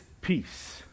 peace